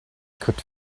could